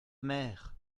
mère